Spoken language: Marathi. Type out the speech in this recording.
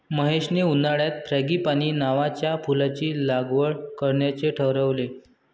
महेशने उन्हाळ्यात फ्रँगीपानी नावाच्या फुलाची लागवड करण्याचे ठरवले